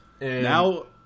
Now